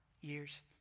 years